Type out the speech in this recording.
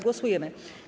Głosujemy.